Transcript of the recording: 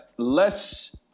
less